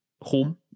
home